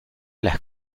las